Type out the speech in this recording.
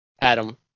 Adam